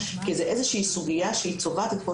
כי זו איזושהי סוגיה שהיא צובעת את כל